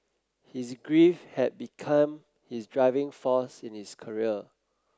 his grief had become his driving force in his career